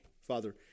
Father